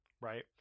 right